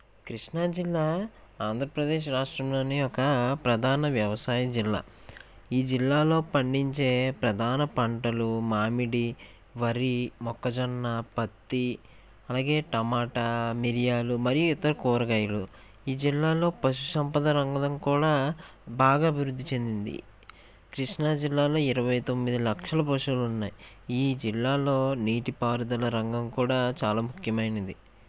కృష్ణాజిల్లా ఆంధ్రప్రదేశ్ రాష్ట్రంలోని ఒక ప్రధాన వ్యవసాయ జిల్లా ఈ జిల్లాలో పండించే ప్రధాన పంటలు మామిడి వరి మొక్కజొన్న పత్తి అలాగే టొమాటో మిరియాలు మరియు ఇతర కూరగాయలు ఈ జిల్లాలో పశుసంపద రంగం కూడా బాగా వృద్ధి చెందింది కృష్ణాజిల్లాలో ఇరవై తొమ్మిది లక్షలు పశువులు ఉన్నాయ ఈ జిల్లాలో నీటిపారుదల రంగం కూడా చాలా ముఖ్యమైనది